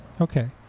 Okay